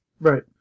right